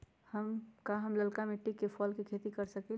का हम लालका मिट्टी में फल के खेती कर सकेली?